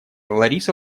лариса